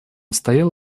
стоял